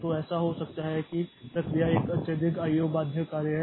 तो ऐसा हो सकता है कि प्रक्रिया एक अत्यधिक IO बाध्य कार्य है